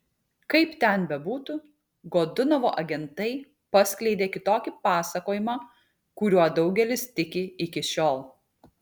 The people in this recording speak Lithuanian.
kaip ten bebūtų godunovo agentai paskleidė kitokį pasakojimą kuriuo daugelis tiki iki šiol